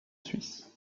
suisse